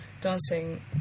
dancing